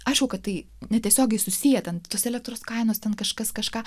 aišku kad tai netiesiogiai susiję ten tos elektros kainos ten kažkas kažką